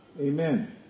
Amen